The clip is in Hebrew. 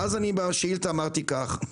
בשאילתה אמרתי כך: